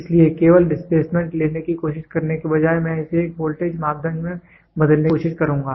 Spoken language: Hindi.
इसलिए केवल डिस्प्लेसमेंट लेने की कोशिश करने के बजाय मैं इसे एक वोल्टेज मापदंड में बदलने की कोशिश करुंगा